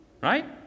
right